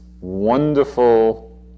wonderful